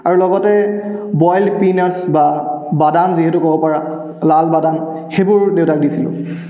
আৰু লগতে boil peanuts বা বাদাম যিহেটো ক'ব পাৰে লাল বাডাম সেইবোৰো দেউতাক দিছিলোঁ